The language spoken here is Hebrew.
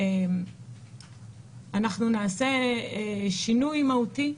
אם נעשה שינוי משמעותי,